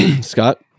Scott